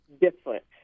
different